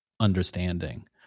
understanding